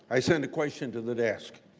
i sent the question to the desk.